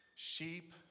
Sheep